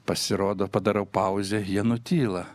pasirodo padarau pauzę jie nutyla